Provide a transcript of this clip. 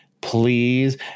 please